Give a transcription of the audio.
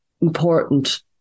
important